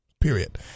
period